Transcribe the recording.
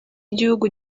igihugu